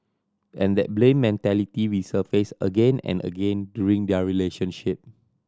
and that blame mentality resurfaced again and again during their relationship